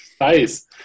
Nice